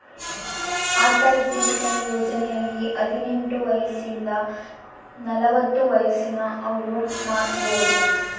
ಅಟಲ್ ಪಿಂಚಣಿ ಯೋಜನೆಯಲ್ಲಿ ಹದಿನೆಂಟು ವಯಸಿಂದ ನಲವತ್ತ ವಯಸ್ಸಿನ ಅವ್ರು ಮಾಡ್ಸಬೊದು